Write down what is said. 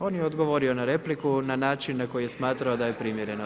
On je odgovorio na repliku na način na koji je smatrao da je primjereno.